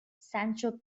sancho